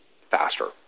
faster